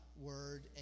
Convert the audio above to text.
word